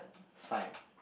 fine